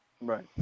right